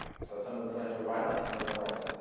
so some of the plans were violent, some of them weren't,